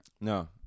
No